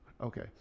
Okay